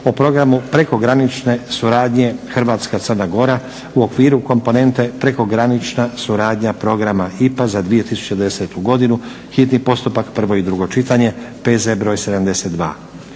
o Programu prekogranične suradnje Hrvatska-Crna Gora u okviru komponente prekogranična suradnja Programa IPA za 2010. godinu, hitni postupak, prvo i drugo čitanje, P.Z. br. 72.